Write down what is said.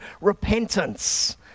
repentance